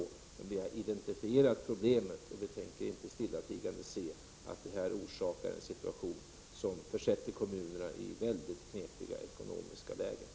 Men vi har identifierat problemet, och vi tänker inte stillatigande se att det orsakar en situation som försätter kommunerna i mycket knepiga ekonomiska lägen.